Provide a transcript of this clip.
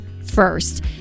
first